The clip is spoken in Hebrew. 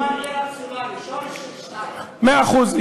אני מציע מספר אי-רציונלי, שורש של 2. מאה אחוז.